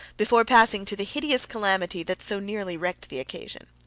before passing to the higeous calamity that so nearly wrecked the occasion.